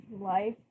life